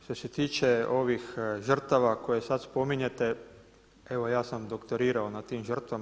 Što se tiče ovih žrtava koje sad spominjete, evo ja sam doktorirao na tim žrtvama.